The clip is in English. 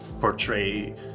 portray